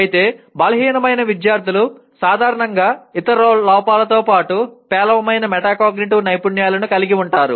అయితే బలహీనమైన విద్యార్థులు సాధారణంగా ఇతర లోపాలతో పాటు పేలవమైన మెటాకాగ్నిటివ్ నైపుణ్యాలను కలిగి ఉంటారు